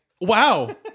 wow